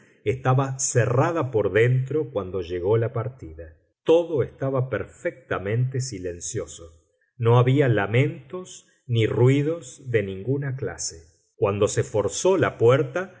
estaba cerrada por dentro cuando llegó la partida todo estaba perfectamente silencioso no había lamentos ni ruidos de ninguna clase cuando se forzó la puerta